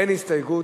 אין הסתייגות,